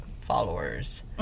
followers